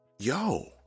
Yo